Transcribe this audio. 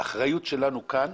האחריות שלנו כאן,